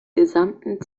gesamten